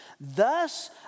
Thus